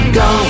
go